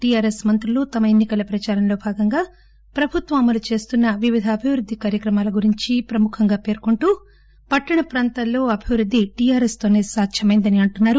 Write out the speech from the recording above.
TRS మంత్రులు తమ ఎన్సి కల ప్రదారంలో భాగంగా ప్రభుత్వం అమలు చేస్తున్న వివిధ అభివృద్ది కార్యక్రమాల గురించి ప్రముఖంగా పేర్కొంటూ పట్టణ ప్రాంతాల్లో అభివృద్ది టీఆర్ఎస్ తోసే సాధ్యమెందని అంటున్నారు